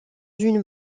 une